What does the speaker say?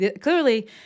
Clearly